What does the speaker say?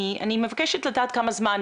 אני מבקשת לדעת כמה זמן.